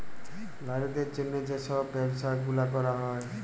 লারিদের জ্যনহে যে ছব ব্যবছা গুলা ক্যরা হ্যয়